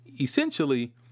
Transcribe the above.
essentially